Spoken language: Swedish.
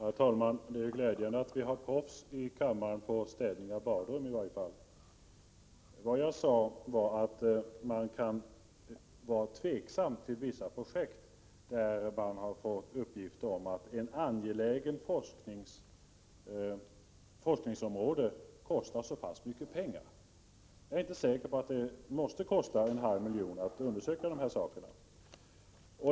Herr talman! Det är glädjande att vi har proffs i kammaren — på städning av badrum i varje fall. Vad jag sade var att man kan vara tveksam till vissa projekt när man har uppgift om att ett angeläget forskningsområde kostar så mycket pengar. Jag är inte säker på att det måste kosta en halv miljon att undersöka dessa saker.